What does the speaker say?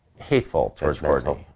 hateful towards courtney.